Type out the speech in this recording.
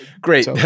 Great